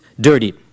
dirty